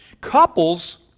Couples